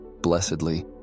blessedly